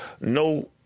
no